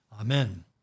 Amen